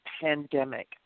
pandemic